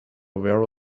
very